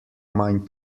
manj